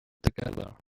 together